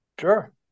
Sure